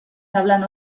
hablan